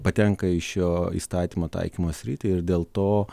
patenka į šio įstatymo taikymo sritį ir dėl to